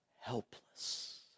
helpless